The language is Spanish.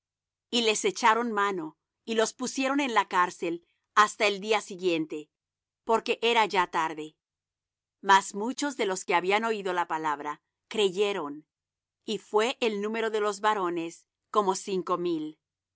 y les echaron mano y los pusieron en la cárcel hasta el día siguiente porque era ya tarde mas muchos de los que habían oído la palabra creyeron y fué el número de los varones como cinco mil